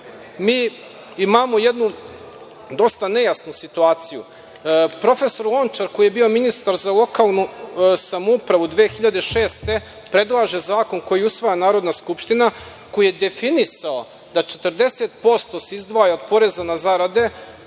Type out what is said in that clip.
mi imamo jednu dosta nejasnu situaciju. Profesor Lončar koji je bio ministar za lokalnu samoupravu 2006. godine predlaže zakon koji usvaja Narodna skupština, koji je definisao da 40% se izdvaja od poreza na zarade